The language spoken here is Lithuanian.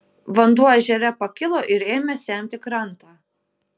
vanduo ežere pakilo ir ėmė semti krantą